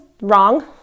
wrong